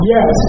Yes